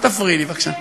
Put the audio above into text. אל תפריעי לי בבקשה.